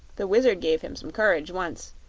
the wizard gave him some courage once,